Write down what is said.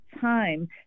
time